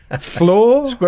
floor